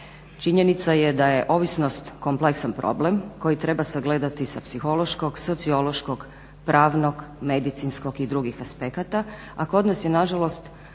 Činjenica je da je ovisnost kompleksan problem koji treba sagledati sa psihološkog, sociološkog, pravnog, medicinskog i drugih aspekata, a kod nas je nažalost